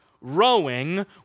rowing